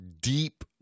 deep